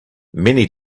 many